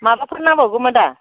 माबाफोर नांबावगौमोन दा